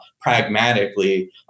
pragmatically